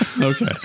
Okay